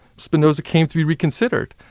spinoza came to be reconsidered.